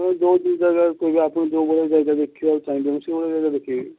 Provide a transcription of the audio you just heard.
ଆପଣ ଆପଣ ଯୋଉଭଳି ଜାଗା ଦେଖିବାକୁ ଚାହିଁବେ ମୁଁ ସେଇଭଳି ଜାଗା ଆପଣଙ୍କୁ ଦେଖେଇବି